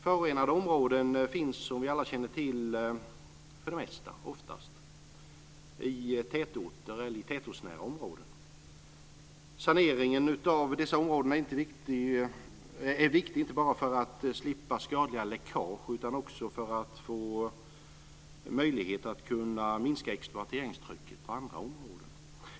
Förorenade områden finns, som vi alla känner till, oftast i tätorter eller tätortsnära områden. Saneringen av dessa områden är viktig inte bara för att man ska slippa skadliga läckage utan också för att man ska få möjlighet att minska exploateringstrycket på andra områden.